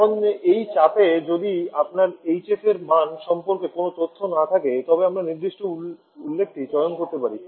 এখন এই চাপে যদি আপনার এইচএফ এর মান সম্পর্কে কোনও তথ্য না থাকে তবে আমরা নির্দিষ্ট উল্লেখটি চয়ন করতে পারি